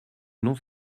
non